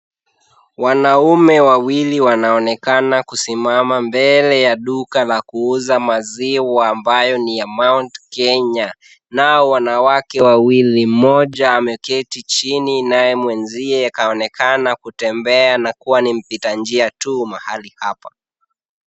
Wanaume wawili wanaonekana kusimama mbele ya duka la kuuza maziwa ambayo ni ya Mount Kenya . Nao wanawake wawili mmoja ameketi chini naye mwenzie kaonekana kutembea na kuwa ni mpita njia tu mahali hapa.